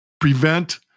prevent